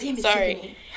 Sorry